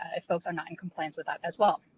if folks are not in compliance with that as well.